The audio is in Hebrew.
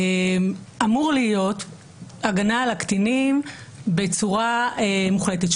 אמורה להיות הגנה על הקטינים בצורה מוחלטת.